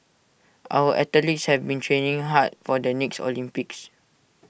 our athletes have been training hard for the next Olympics